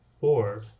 four